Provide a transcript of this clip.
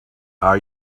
are